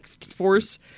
force